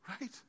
Right